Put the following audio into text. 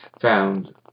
found